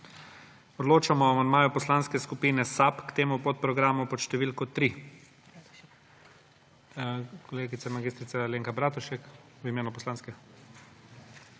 Odločamo o amandmaju Poslanske skupine SAB k temu podprogramu pod številko 3. Kolegica mag. Alenka Bratušek v imenu poslanske